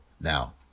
Now